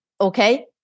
okay